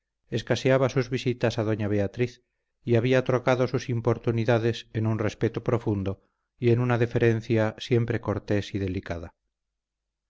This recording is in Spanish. escaseaba sus visitas a doña beatriz y había trocado sus importunidades en un respeto profundo y en una deferencia siempre cortés y delicada